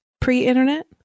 pre-internet